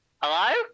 Hello